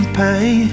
pay